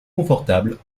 confortables